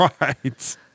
right